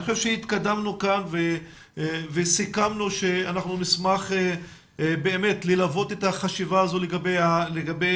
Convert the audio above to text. אני חושב שהתקדמנו כאן וסיכמנו שאנחנו נשמח ללוות את החשיבה הזו לגבי